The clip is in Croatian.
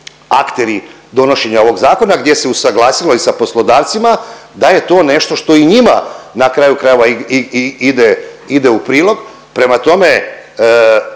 akteri donošenja ovog zakona gdje se usaglasilo i sa poslodavcima da je to nešto što i njima na kraju krajeva ide u prilog. Prema tome